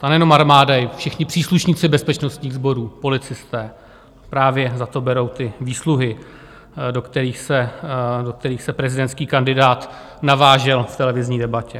A nejen armáda, i všichni příslušníci bezpečnostních sborů, policisté, právě za to berou ty výsluhy, do kterých se prezidentský kandidát navážel v televizní debatě.